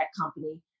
company